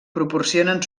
proporcionen